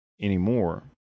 anymore